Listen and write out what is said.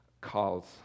calls